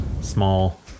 small